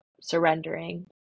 surrendering